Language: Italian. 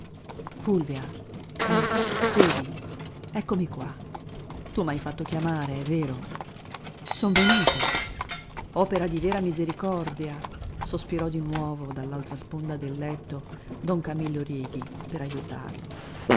fulvia eh vedi eccomi qua tu m'hai fatto chiamare è vero son venuto opera di vera misericordia sospirò di nuovo da l'altra sponda del letto don camillo righi per ajutarlo